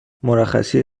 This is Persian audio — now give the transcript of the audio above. مرخصی